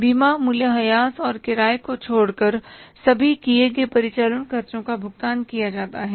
बीमा मूल्यह्रास और किराए को छोड़कर सभी किए गए परिचालन खर्चों का भुगतान किया जाता है